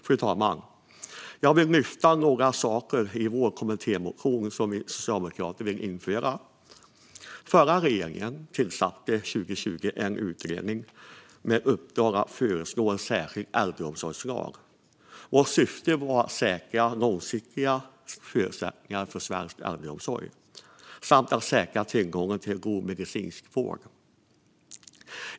Fru talman! Jag vill lyfta fram några saker i vår kommittémotion som vi socialdemokrater vill införa. Den förra regeringen tillsatte 2020 en utredning med uppdrag att föreslå en särskild äldreomsorgslag. Vårt syfte var att säkra långsiktiga förutsättningar för svensk äldreomsorg samt säkra tillgången till god medicinsk vård.